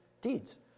deeds